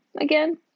again